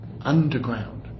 underground